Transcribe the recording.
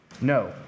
No